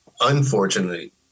unfortunately